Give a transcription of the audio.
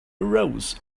arose